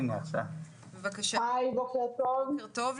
בוקר טוב.